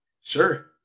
Sure